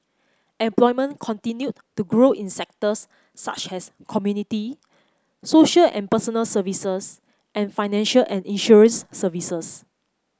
employment continued to grow in sectors such as community social and personal services and financial and insurance services